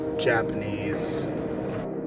Japanese